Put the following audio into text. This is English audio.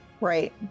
Right